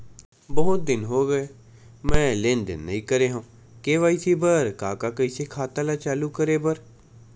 बहुत दिन हो गए मैं लेनदेन नई करे हाव के.वाई.सी बर का का कइसे खाता ला चालू करेबर?